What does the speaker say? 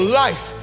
life